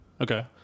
Okay